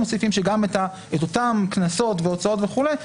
מוסיפים שגם את אותם קנסות והוצאות וכולי,